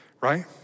right